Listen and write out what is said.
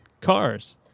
cars